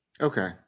Okay